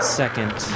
second